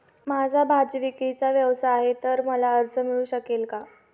माझा भाजीविक्रीचा व्यवसाय आहे तर मला कर्ज मिळू शकेल का?